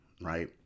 Right